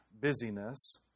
busyness